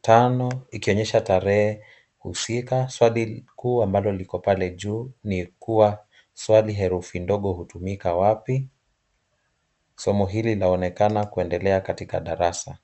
tano ikionyesha tarehe husika swali kuu ambalo liko pale juu ni kuwa, herufi ndogo hutumika wapi? Somo hili linaonekana kuendelea katika darasa.